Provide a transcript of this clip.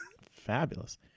fabulous